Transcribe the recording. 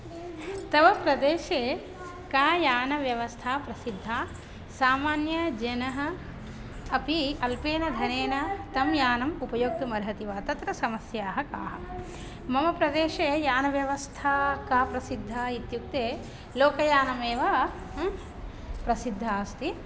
तव प्रदेशे का यानव्यवस्था प्रसिद्धा सामान्यजनः अपि अल्पेन धनेन तं यानं उपयोक्तुमर्हति वा तत्र समस्याः काः मम प्रदेशे यानव्यवस्था का प्रसिद्धा इत्युक्ते लोकयानं एव प्रसिद्धा अस्ति